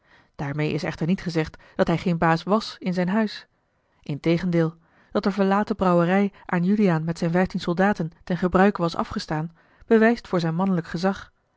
daarmeê is echter niet gezegd dat hij geen baas was in zijn huis integendeel dat de verlaten brouwerij aan juliaan met zijn vijftien soldaten ten gebruike was afgestaan bewijst voor zijn mannelijk gezag